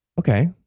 Okay